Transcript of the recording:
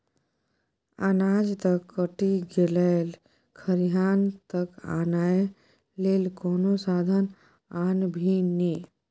अनाज त कटि गेलै खरिहान तक आनय लेल कोनो साधन आनभी ने